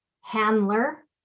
handler